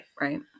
Right